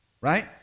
Right